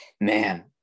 Man